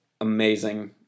amazing